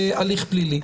להליך פלילי.